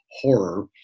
horror